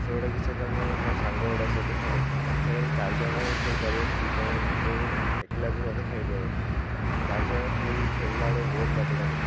ସେଇ ଗୁଡ଼ାକ ସହିତ ମୁଁ ମୋ ସାଙ୍ଗ ଗୁଡ଼ା ସହିତ ଖେଳେ ସେଆଁରେ ଚାର୍ ଜଣ ହିଁ ଖେଳିପାରେ ଦୁଇ ଜଣ ହିଁ ଖେଳିପାରିବି ଏକଲା ବି ମଧ୍ୟ ଖେଳିପାରେ ଚାରି ଜଣ ଖେଳିକି ଖେଳିଲା ବେଳକୁ ବହୁତ ମଜା ଲାଗେ